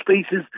spaces